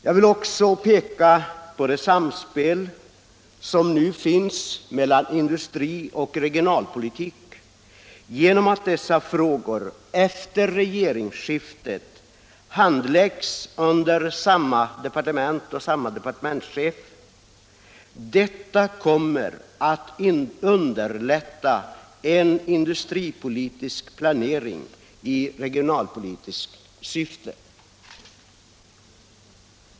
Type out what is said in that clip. Jag vill också peka på det samspel som finns mellan industri och re 83 gionalpolitik genom att dessa frågor efter regeringsskiftet handläggs av samma departement och samma departementschef. Detta kommer att underlätta en industripolitisk planering i regionalpolitiskt syfte.